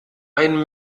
ein